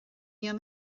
níl